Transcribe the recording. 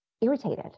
irritated